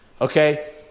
okay